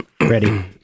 ready